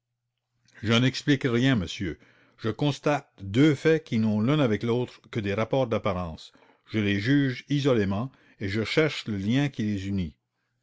je n'explique rien monsieur je constate des faits isolés les uns des autres je les juge isolément et je cherche le lien qui les unit